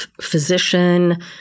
physician